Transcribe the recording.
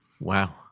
Wow